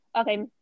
okay